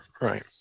Right